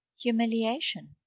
humiliation